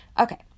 Okay